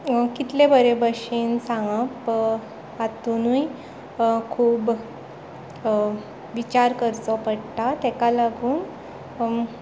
कितले बरे भशेन सांगप तातूंतय खूब विचार करचो पडटा ताका लागून